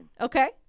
Okay